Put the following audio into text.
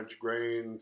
grain